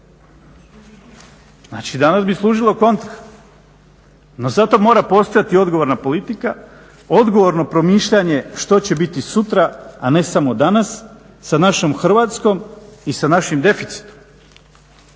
Znači danas bi služilo kontra, no zato mora postojati odgovorna politika, odgovorno promišljanje što će biti sutra, a ne samo danas sa našom Hrvatskom i sa našim deficitom.